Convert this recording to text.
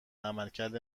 عملکرد